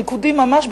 ריקודים ממש,